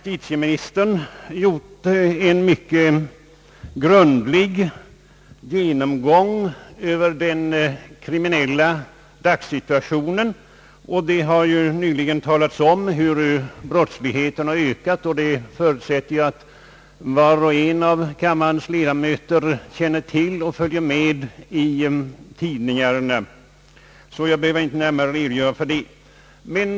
titieministern gjort en översyn av den kriminella dagssituationen. Det har ju nyligen talats om hur brottsligheten har ökat. Jag förutsätter att kammarens ledamöter följer med i tidningarna och känner till detta så att jag inte behöver närmare redogöra för läget.